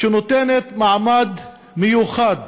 שנותנת מעמד מיוחד